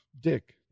dick